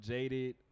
Jaded